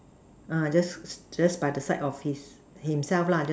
uh just just by the side of his himself lah just